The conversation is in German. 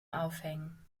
aufhängen